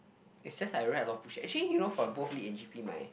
it's just that I write a lot of bullshit actually you know for both Lit and g_p my